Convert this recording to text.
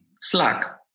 Slack